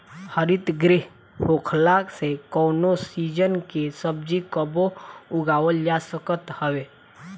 हरितगृह होखला से कवनो सीजन के सब्जी कबो उगावल जा सकत हवे